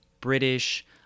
British